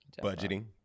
Budgeting